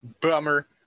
Bummer